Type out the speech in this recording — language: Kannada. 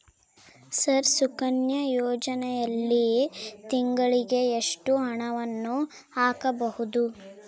ಸರ್ ಸುಕನ್ಯಾ ಯೋಜನೆಯಲ್ಲಿ ತಿಂಗಳಿಗೆ ಎಷ್ಟು ಹಣವನ್ನು ಹಾಕಬಹುದು?